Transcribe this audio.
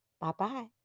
Bye-bye